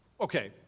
okay